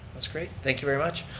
that's great, thank you very much.